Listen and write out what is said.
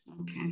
Okay